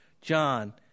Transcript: John